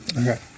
Okay